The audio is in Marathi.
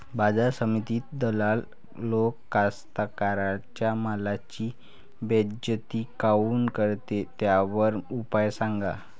बाजार समितीत दलाल लोक कास्ताकाराच्या मालाची बेइज्जती काऊन करते? त्याच्यावर उपाव सांगा